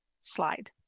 Slide